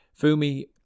Fumi